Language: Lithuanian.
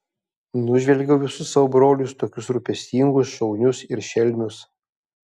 nužvelgiau visus savo brolius tokius rūpestingus šaunius ir šelmius